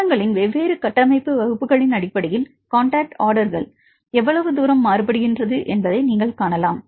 புரதங்களின் வெவ்வேறு கட்டமைப்பு வகுப்புகளின் அடிப்படையில் காண்டாக்ட் ஆர்டர்கள் எவ்வளவு தூரம் மாறுபடுகிறது என்பதை நீங்கள் காணலாம்